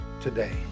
today